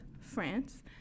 France